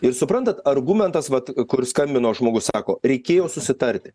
ir suprantat argumentas vat kur skambino žmogus sako reikėjo susitarti